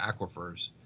aquifers